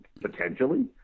Potentially